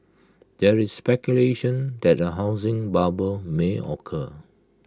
there is speculation that A housing bubble may occur